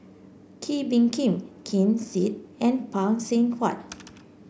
Kee Bee Khim Ken Seet and Phay Seng Whatt